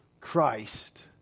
Christ